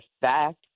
fact